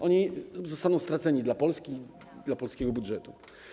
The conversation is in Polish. Oni zostaną straceni dla Polski, dla polskiego budżetu.